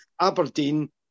Aberdeen